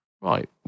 Right